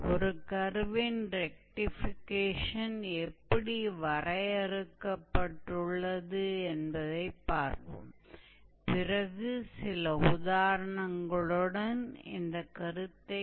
तो हम एक कर्व के रेक्टिफिकेशन की परिभाषा पर गौर करेंगे और फिर हम इस विषय से संबंधित अवधारणाओं को स्पष्ट करने के लिए कुछ उदाहरणों पर काम करेंगे